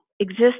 exist